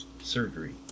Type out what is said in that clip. surgery